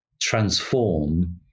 transform